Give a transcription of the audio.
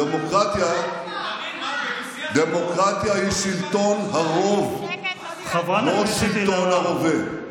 דמוקרטיה היא שלטון הרוב, לא שלטון הרובה.